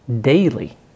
daily